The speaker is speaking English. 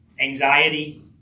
Anxiety